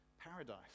Paradise